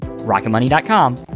rocketmoney.com